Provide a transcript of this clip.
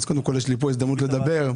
אז יש לי פה הזדמנות לדבר.